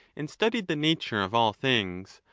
and studied the nature of all things,